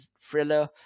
thriller